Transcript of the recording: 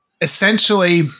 essentially